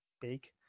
big